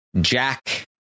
Jack